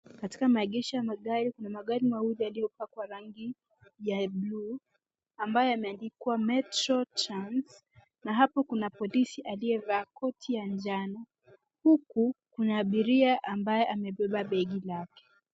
Katika maegesho ya magari kuna magari mawili yaliyopakwa rangi ya buluu ambayo yameandikwa Metro Trans na hapo kuna polisi aliyevaa koti ya njano, huku kuna abiria ambaye amebeba begi lake.